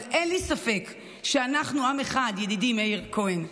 אבל אין לי ספק שאנחנו עם אחד, ידידי מאיר כהן.